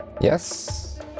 Yes